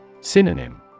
Synonym